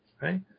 Right